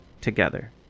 together